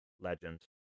legend